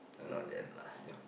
not yet lah